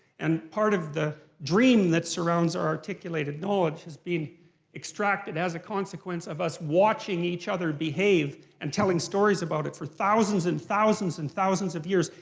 and part of the dream that surrounds our articulated knowledge is being extracted as a consequence of us watching each other behave and telling stories about it for thousands and thousands and thousands of years.